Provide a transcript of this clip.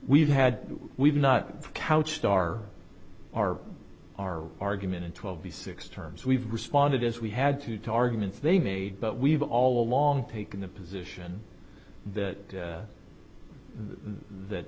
we've had we've not couched our our our argument in twelve the six terms we've responded as we had to to arguments they made but we've all along taken the position that that